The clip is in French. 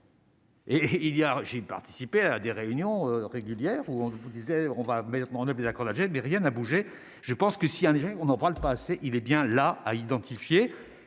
j'ai participé à des réunions régulières ou on vous disait on va maintenant plus accord d'Alger, mais rien n'a bougé, je pense que s'il a des gens qu'on n'en parle pas assez, il est bien là, à identifier